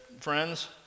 friends